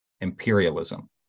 imperialism